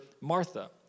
Martha